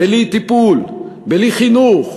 בלי טיפול, בלי חינוך,